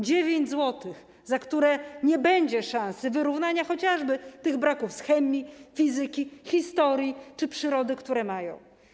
9 zł, za które nie będzie szansy wyrównania chociażby tych braków z chemii, fizyki, historii czy przyrody, które mają.